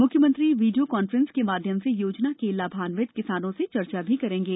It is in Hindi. मुख्यमंत्री वीडियो कान्फ्रेंसिग के माध्यम से योजना के लाभान्वित किसानों से चर्चा भी करेंगे